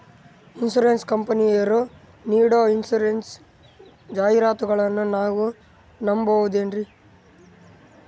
Insurance ಕಂಪನಿಯರು ನೀಡೋ insurance ಜಾಹಿರಾತುಗಳನ್ನು ನಾವು ನಂಬಹುದೇನ್ರಿ?